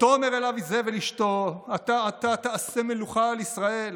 "ותאמר אליו איזבל אשתו אתה עתה תעשה מלוכה על ישראל